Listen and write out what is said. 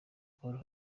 paul